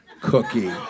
cookie